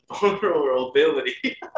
vulnerability